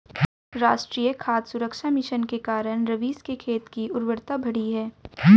राष्ट्रीय खाद्य सुरक्षा मिशन के कारण रवीश के खेत की उर्वरता बढ़ी है